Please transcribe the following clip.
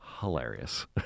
hilarious